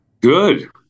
Good